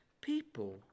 people